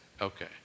Okay